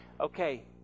okay